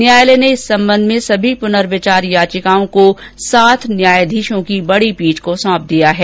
न्यायालय ने इस संबंध में सभी पुनर्विचार याचिकाओं को सात न्यायाधीशों की बड़ी पीठ को सौंप दिया है